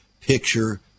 picture